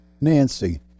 Nancy